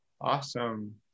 awesome